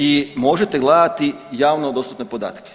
I možete gledati javno dostupne podatke.